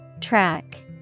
Track